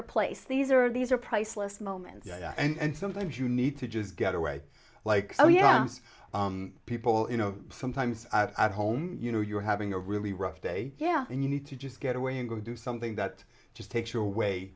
replace these are these are priceless moments yeah and sometimes you need to just get away like oh yeah people in oh sometimes i've home you know you're having a really rough day yeah and you need to just get away and go do something that just takes you away